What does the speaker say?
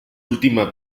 última